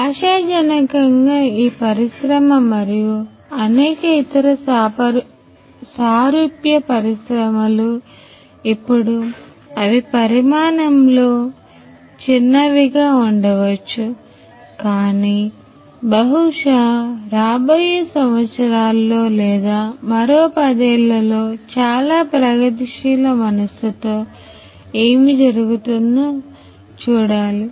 ఆశాజనకంగా ఈ పరిశ్రమ మరియు అనేక ఇతర సారూప్య పరిశ్రమలు ఇప్పుడు అవి పరిమాణంలో చిన్నవిగా ఉండవచ్చు కానీ బహుశా రాబోయే సంవత్సరాల్లో లేదా మరో పదేళ్ళలో చాలా ప్రగతిశీల మనస్సుతో ఏమి జరుగుతుందో చూడాలి